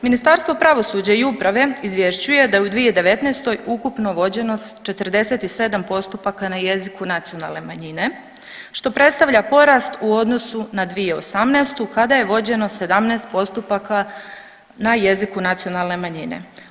Ministarstvo pravosuđa u uprave izvješćuje da je u 2019. ukupno vođeno 47 postupaka na jeziku nacionalne manjine što predstavlja porast u odnosu na 2018. kada je vođeno 17 postupaka na jeziku nacionalne manjine.